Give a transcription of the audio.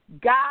God